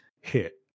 hit